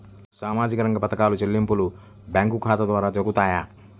సామాజిక రంగ పథకాల చెల్లింపులు బ్యాంకు ఖాతా ద్వార జరుగుతాయా?